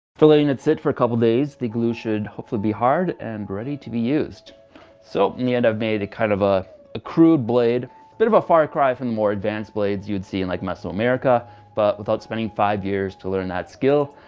for letting that sit for a couple days the glue should hopefully be hard and ready to be used so in the end i've made it kind of a a crude blade bit of a far cry from the more advanced blades you would see in like mesoamerica but without spending five years to learn that skill.